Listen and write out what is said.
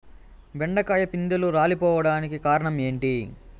బెండకాయ పిందెలు రాలిపోవడానికి కారణం ఏంటి?